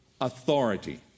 authority